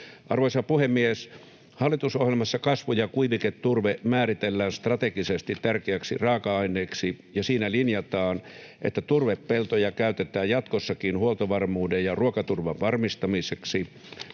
Arvoisa puhemies! Hallitusohjelmassa kasvu‑ ja kuiviketurve määritellään strategisesti tärkeäksi raaka-aineeksi, ja siinä linjataan, että turvepeltoja käytetään jatkossakin huoltovarmuuden ja ruokaturvan varmistamiseksi.